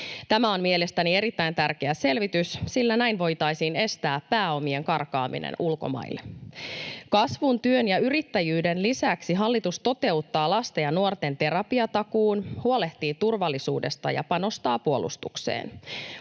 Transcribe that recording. Tämä on mielestäni erittäin tärkeä selvitys, sillä näin voitaisiin estää pääomien karkaaminen ulkomaille. Kasvun, työn ja yrittäjyyden lisäksi hallitus toteuttaa lasten ja nuorten terapiatakuun, huolehtii turvallisuudesta ja panostaa puolustukseen.